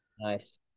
nice